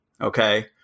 okay